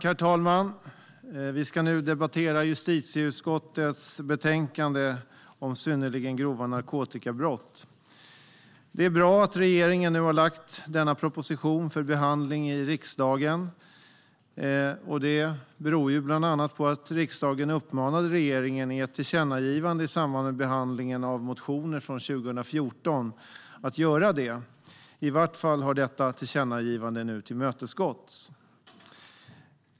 Herr talman! Vi ska nu debattera justitieutskottets betänkande Synnerligen grova narkotikabrott . Det är bra att regeringen nu har lagt fram denna proposition för behandling i riksdagen. Det beror bland annat på att riksdagen uppmanade regeringen i ett tillkännagivande i samband med behandlingen av motioner från 2014 att göra det. I vart fall har detta tillkännagivande nu tillmötesgåtts.